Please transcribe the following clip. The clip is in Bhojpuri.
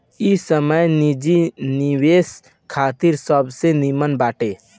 इ समय निजी निवेश खातिर सबसे निमन बाटे